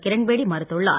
கிரண்பேடி மறுத்துள்ளார்